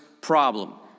problem